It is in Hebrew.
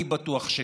אני בטוח שכן.